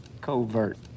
Covert